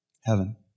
heaven